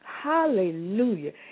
Hallelujah